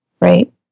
right